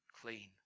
clean